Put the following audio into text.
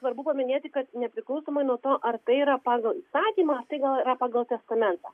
svarbu paminėti kad nepriklausomai nuo to ar tai yra pagal įstatymą tai gal pagal testamentą